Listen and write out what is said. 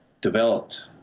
developed